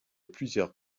plusieurs